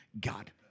God